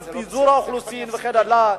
בפיזור האוכלוסין וכן הלאה,